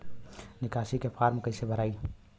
निकासी के फार्म कईसे भराई?